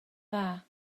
dda